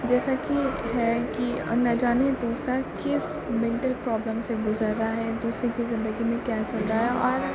جیسے کہ ہے کہ نہ جانے دوسرا کس مینٹل پرابلم سے گزر رہا ہے دوسرے کے زندگی میں کیا چل رہا ہے اور